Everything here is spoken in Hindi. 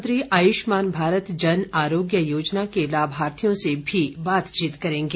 प्रधानमंत्री आयुष्मान भारत जन आरोग्य योजना के लाभार्थियों से भी बातचीत करेंगे